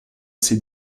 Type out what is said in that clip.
ses